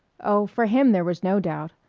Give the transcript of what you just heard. oh, for him there was no doubt.